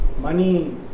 money